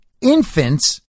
infants